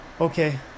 Okay